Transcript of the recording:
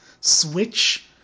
Switch